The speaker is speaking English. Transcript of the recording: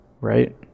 right